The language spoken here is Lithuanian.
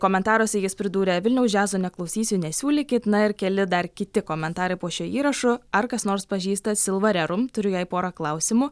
komentaruose jis pridūrė vilniaus džiazo neklausysiu nesiūlykit na ir keli dar kiti komentarai po šiuo įrašu ar kas nors pažįsta silva rerum turiu jai porą klausimų